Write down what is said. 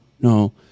no